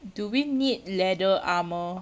do we need leather armour